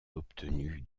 obtenu